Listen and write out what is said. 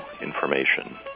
information